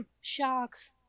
sharks